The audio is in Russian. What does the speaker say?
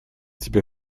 тебе